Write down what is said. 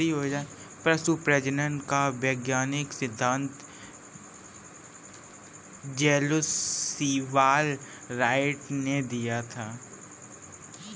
पशु प्रजनन का वैज्ञानिक सिद्धांत जे लुश सीवाल राइट ने दिया था